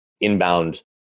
inbound